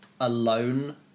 alone